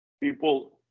people